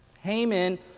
Haman